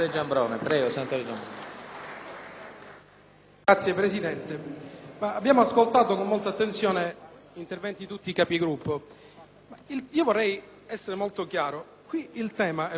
Signor Presidente, abbiamo ascoltato con molta attenzione gli interventi di tutti i Capigruppo. Vorrei essere molto chiaro: il tema - e l'ho specificato poc'anzi - non è